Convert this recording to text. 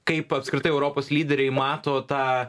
kaip apskritai europos lyderiai mato tą